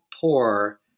poor